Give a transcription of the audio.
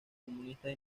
comunistas